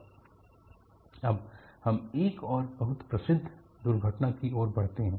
Aloha airline failure अब हम एक और बहुत प्रसिद्ध दुर्घटना की ओर बढ़ते हैं